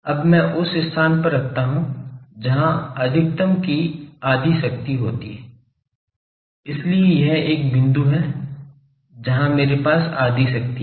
अब मैं उस स्थान पर रखता हूँ जहाँ अधिकतम की आधी शक्ति होती है इसलिए यह एक बिंदु है जहां मेरे पास आधी शक्ति है